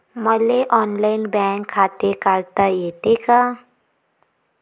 मले online bank खाते काढता येते का?